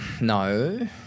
No